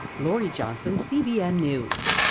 lori johnson cbn news.